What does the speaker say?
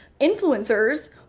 influencers